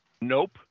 Nope